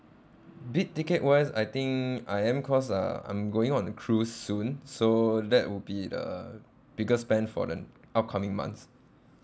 big ticket wise I think I am cause uh I'm going on a cruise soon so that will be a bigger spend for the upcoming months